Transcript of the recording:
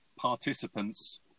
participants